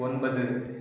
ஒன்பது